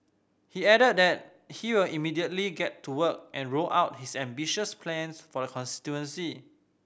he added that he will immediately get to work and roll out his ambitious plans for the constituency